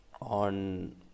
on